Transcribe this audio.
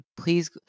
Please